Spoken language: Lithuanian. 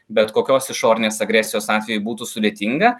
bet kokios išorinės agresijos atveju būtų sudėtinga